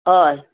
हय